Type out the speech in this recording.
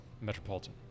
Metropolitan